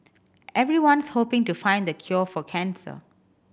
everyone's hoping to find the cure for cancer